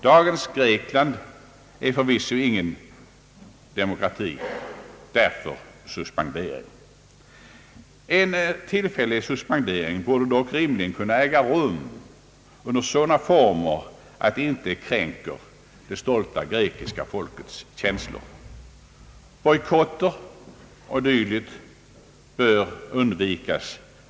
Dagens Grekland är förvisso ingen demokrati — därför suspendering. En tillfällig suspendering borde dock rimligen kunna äga rum under sådana former som inte kränker det stolta grekiska folkets känslor. Bojkotter och dylikt bör undvikas.